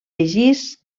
begís